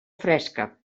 fresca